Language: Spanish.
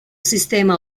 sistema